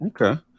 Okay